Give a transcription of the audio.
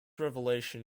revelation